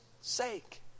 sake